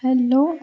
hello